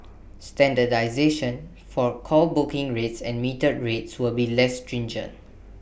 standardisation for call booking rates and metered rates will be less stringent